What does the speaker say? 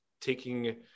taking